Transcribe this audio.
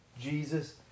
Jesus